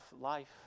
life